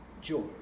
joy